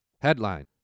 Headline